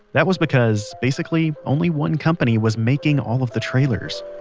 that was because, basically, only one company was making all of the trailers